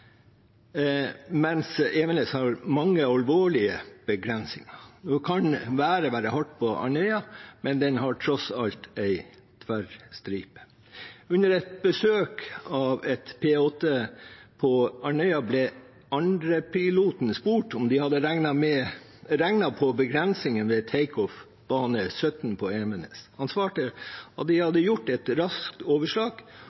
mens Evenes har mange alvorlige begrensninger. Nå kan været være hardt på Andøya, men den har tross alt en tverrstripe. Under besøk av et P-8 på Andøya ble andrepiloten spurt om de hadde regnet på begrensningene ved takeoff fra bane 17 på Evenes. Han svarte at de hadde gjort et raskt overslag og kommet til at de